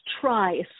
try